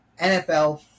NFL